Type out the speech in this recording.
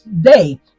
day